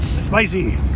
spicy